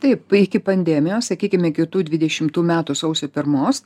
taip iki pandemijos sakykim iki tų dvidešimtų metų sausio pirmos